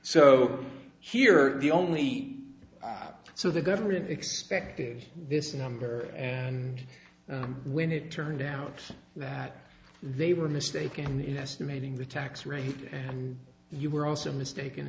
so here the only so the government expected this number and when it turned out that they were mistaken in estimating the tax rate and you were also mistaken